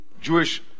Jewish